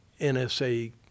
NSA